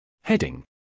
Heading